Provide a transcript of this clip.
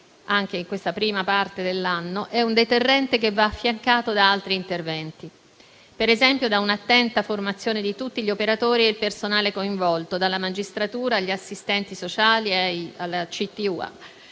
anche in questa prima parte dell'anno - è un deterrente che va affiancato da altri interventi: per esempio, da un'attenta formazione di tutti gli operatori e il personale coinvolto, dalla magistratura agli assistenti sociali e al CTU.